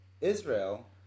Israel